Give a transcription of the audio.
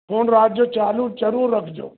phone राति जो चालू जरूर रखिजो